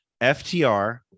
FTR